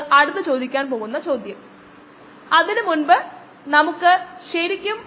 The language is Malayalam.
അത് നമുക്കറിയാം vmk3Et So vmk3Et vmk3×3×Et since Et3Et ∴vm3×k3Et3vm3×0